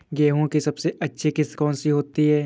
गेहूँ की सबसे अच्छी किश्त कौन सी होती है?